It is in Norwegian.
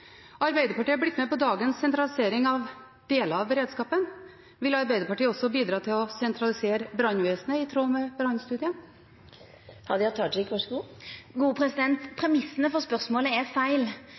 Arbeiderpartiet er blitt med på dagens sentralisering av deler av beredskapen. Vil Arbeiderpartiet også bidra til å sentralisere brannvesenet i tråd med Brannstudien? Premissane for spørsmålet er feil.